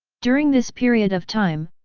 during this period of time,